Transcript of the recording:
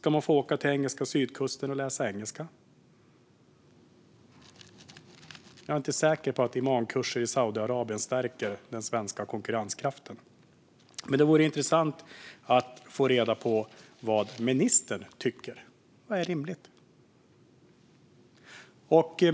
Ska man få åka till engelska sydkusten och läsa engelska? Jag är inte säker på att imamkurser i Saudiarabien stärker den svenska konkurrenskraften. Men det vore intressant att få reda på vad ministern tycker. Vad är rimligt?